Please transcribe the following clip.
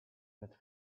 with